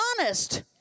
honest